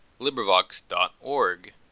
LibriVox.org